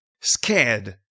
scared